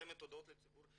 ומפרסמת הודעות לציבור,